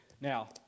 Now